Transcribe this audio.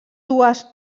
dues